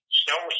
snow